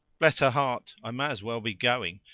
bless her heart, i may as well be going.